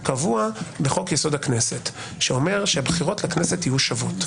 הוא קבוע בחוק-יסוד: הכנסת שאומר שהבחירות לכנסת יהיו שוות.